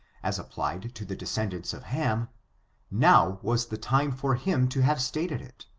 as applied to the descendants of ham now was the time for him to have stated it,